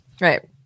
Right